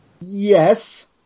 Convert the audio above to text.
Yes